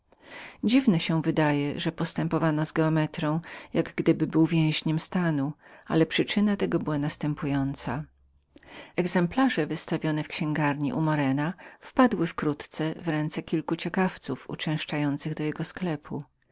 segowskiej dziwnem jest że postępowano z geometrą jak gdyby z więźniem stanu ale przyczyna tego była następująca exemplarze wystawione w oknie u morena wpadły wkrótce w ręce kilku ciekawców uczęszczających do jego sklepu